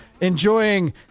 enjoying